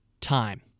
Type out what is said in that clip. time